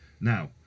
Now